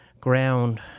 ground